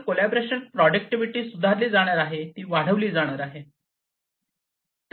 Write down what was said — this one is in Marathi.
तर कॉलॅबोरेशन प्रॉडक्टिव्हिटी सुधारली जाणार आहे ती वाढविली जाणार आहे